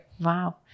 Wow